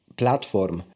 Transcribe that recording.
platform